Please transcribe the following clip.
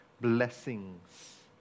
Blessings